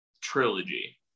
trilogy